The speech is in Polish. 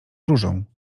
różą